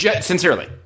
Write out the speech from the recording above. Sincerely